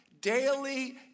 daily